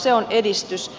se on edistys